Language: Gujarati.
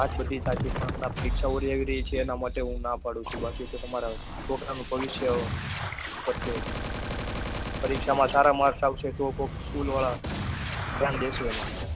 વાત બધી સાચી પણ હમણાં પરીક્ષા ઓરી આવી રહી છે અને એના માટે હું ના પાડું છું બાકી તો તમારા છોકરાનું ભવિષ્ય ઉપર છે પરીક્ષામાં સારા માર્કસ આવશે તો કોક સ્કૂલવાળા ધ્યાન દેશે એનામાં